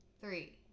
Three